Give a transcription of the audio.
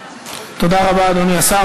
תודה רבה, אדוני השר.